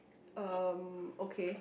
um okay